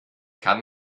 kann